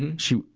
and she,